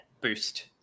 boost